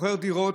מוכר דירות,